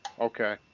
Okay